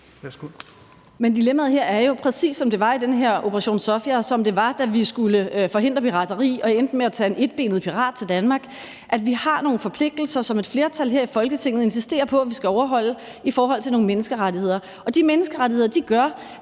Men dilemmaet her er jo, præcis som det var i den her »Operation Sophia«, og som det var, da vi skulle forhindre pirateri og endte med at tage en etbenet pirat til Danmark. Vi har nogle forpligtelser, som et flertal her i Folketinget insisterer på at vi skal overholde i forhold til nogle menneskerettigheder, og de menneskerettigheder gør,